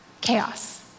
chaos